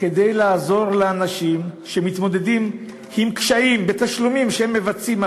כדי לעזור לאנשים שמתמודדים עם קשיים בתשלומים שהם מבצעים,